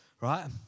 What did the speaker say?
Right